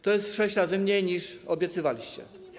To jest sześć razy mniej, niż obiecywaliście.